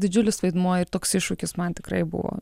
didžiulis vaidmuo ir toks iššūkis man tikrai buvo